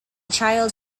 child